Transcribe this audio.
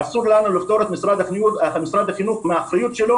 אסור לנו לפטור את משרד החינוך מהאחריות שלו